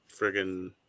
friggin